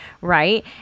right